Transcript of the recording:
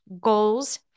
goals